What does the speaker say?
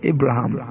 Abraham